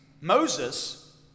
Moses